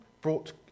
brought